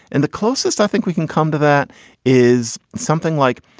and the closest i think we can come to that is something like.